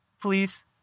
please